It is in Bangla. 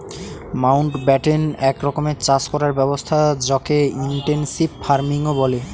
মাউন্টব্যাটেন এক রকমের চাষ করার ব্যবস্থা যকে ইনটেনসিভ ফার্মিংও বলে